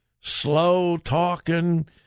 slow-talking